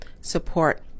support